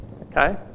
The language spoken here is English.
Okay